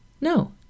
no